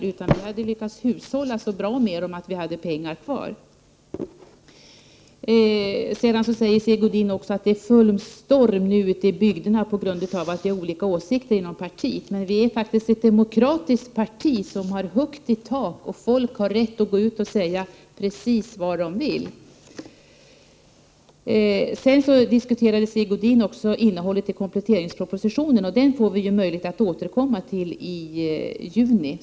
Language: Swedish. I stället har man lyckats hushålla så bra att det blivit pengar över. Sigge Godin säger vidare att det är full storm ute i bygderna på grund av att det är olika åsikter inom det socialdemokratiska partiet. Vi är faktiskt ett demokratiskt parti med högt i tak. Folk har rätt att säga precis vad de vill i olika frågor. Sigge Godin diskuterade också innehållet i kompletteringspropositionen, och den diskussionen får vi möjlighet att återkomma till i juni.